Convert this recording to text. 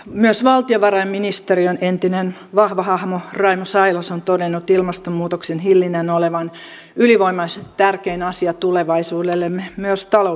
myös valtiovarainministeriön entinen vahva hahmo raimo sailas on todennut ilmastonmuutoksen hillinnän olevan ylivoimaisesti tärkein asia tulevaisuudellemme myös taloudellemme